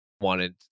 wanted